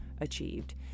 achieved